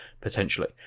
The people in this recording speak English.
potentially